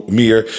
meer